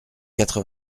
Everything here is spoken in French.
quatre